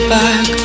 back